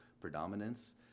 predominance